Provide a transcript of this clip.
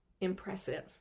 impressive